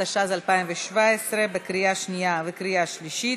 התשע"ז 2017, בקריאה שנייה וקריאה שלישית.